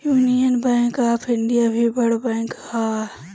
union Bank of India भी बड़ बैंक हअ